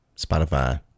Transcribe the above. Spotify